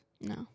no